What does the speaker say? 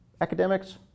Academics